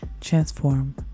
transform